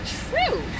true